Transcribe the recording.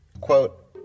Quote